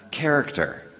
character